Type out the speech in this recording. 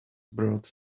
brought